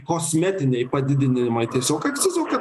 kosmetiniai padidinimai tiesiog atsisuka